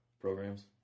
programs